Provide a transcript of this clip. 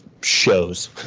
shows